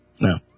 No